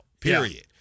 period